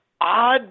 odd